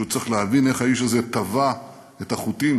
פשוט צריך להבין איך האיש הזה טווה את החוטים,